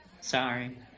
Sorry